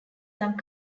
some